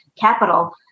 capital